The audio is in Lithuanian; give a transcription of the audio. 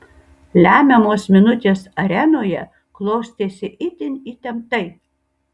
lemiamos minutės arenoje klostėsi itin įtemptai